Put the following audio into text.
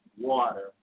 water